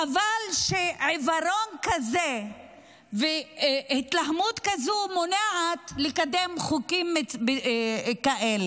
חבל שעיוורון כזה והתלהמות כזו מונעים לקדם חוקים כאלה.